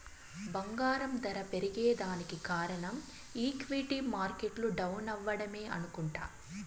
బంగారం దర పెరగేదానికి కారనం ఈక్విటీ మార్కెట్లు డౌనవ్వడమే అనుకుంట